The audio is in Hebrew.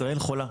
ישראל חולה,